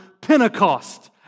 Pentecost